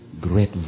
great